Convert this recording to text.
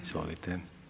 Izvolite.